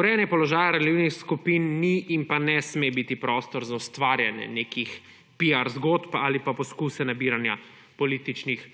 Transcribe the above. Urejanje položaja ranljivih skupin ni in ne sme biti prostor za ustvarjanje nekih piar zgodb ali pa poskuse nabiranja političnih